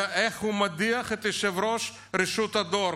איך הוא מדיח את יושב-ראש רשות הדואר.